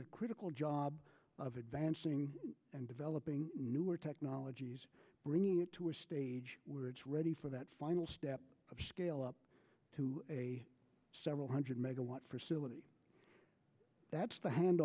the critical job of advancing and developing newer technologies bringing it to a stage where it's ready for that final step of scale up to a several hundred megawatt for syllabi that's the